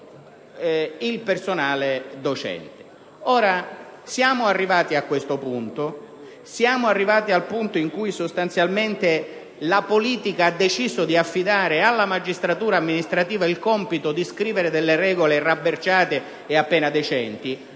il personale docente.